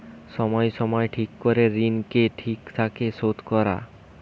সময় সময় ঠিক করে ঋণকে ঠিক থাকে শোধ করা